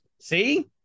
See